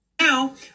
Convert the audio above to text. Now